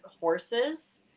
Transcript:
horses